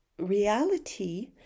reality